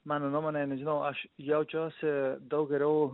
mano nuomone nežinau aš jaučiuosi daug geriau